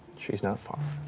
she's not far.